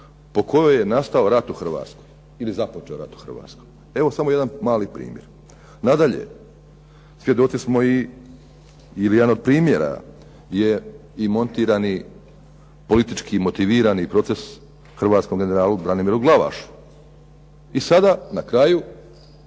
po kojoj je nastao rat u Hrvatskoj ili započeo rat u Hrvatskoj, evo samo jedan mali primjer. Nadalje, svjedoci smo i ili jedan od primjera je i montirani, politički motivirani proces hrvatskom generalu Branimiru Glavašu i sada na kraju